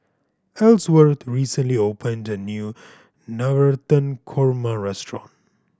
Ellsworth recently opened a new Navratan Korma restaurant